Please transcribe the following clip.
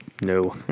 No